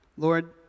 Lord